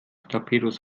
torpedos